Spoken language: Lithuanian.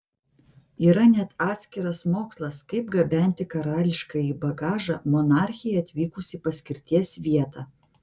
yra net atskiras mokslas kaip gabenti karališkąjį bagažą monarchei atvykus į paskirties vietą